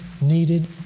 needed